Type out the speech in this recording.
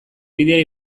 bidea